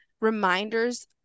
reminders